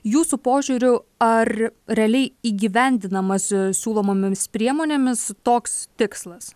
jūsų požiūriu ar realiai įgyvendinama su siūlomomis priemonėmis toks tikslas